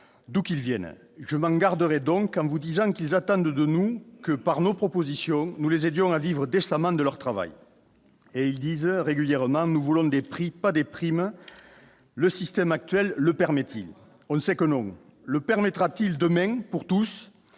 d'où qu'ils viennent, je m'en garderai donc qu'en vous disant qu'ils attendent de nous que par nos propositions, nous les aidions à vivre décemment de leur travail et ils disent régulièrement, nous voulons des prix pas des primes, le système actuel le permet-il, on ne sait que nous le permettra-t-il demain pour tous,